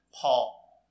Paul